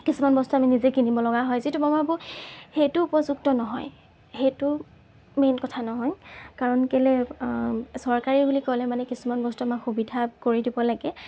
কিছুমান বস্তু আমি নিজেই কিনিব লগা হয় যিটো মই ভাবোঁ সেইটো উপযুক্ত নহয় সেইটো মেইন কথা নহয় কাৰণ কেলেই চৰকাৰী বুলি ক'লে মানে কিছুমান বস্তু আমাক সুবিধা কৰি দিব লাগে